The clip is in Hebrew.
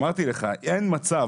אמרתי לך שאין מצב,